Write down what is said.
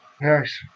Nice